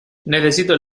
necesito